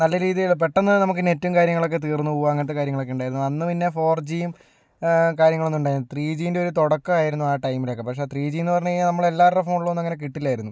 നല്ല രീതിയില് പെട്ടന്ന് നമുക്ക് നെറ്റും കാര്യങ്ങളൊക്കെ തീർന്നു പോകുക അങ്ങനത്തെ കാര്യങ്ങളൊക്കെയുണ്ടായിരുന്നു അന്ന് പിന്നെ ഫോർ ജിയും കാര്യങ്ങളൊന്നും ഉണ്ടായിരുന്നില്ല ത്രീ ജീൻ്റെ ഒരു തുടക്കമായിരുന്നു ആ ടൈമിലൊക്കെ പക്ഷെ ത്രീ ജീന്ന് പറഞ്ഞ് കഴിഞ്ഞാൽ നമ്മളെല്ലാരുടേയും ഫോണിലൊന്നും കിട്ടില്ലായിരുന്നു